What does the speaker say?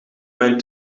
mijn